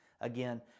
Again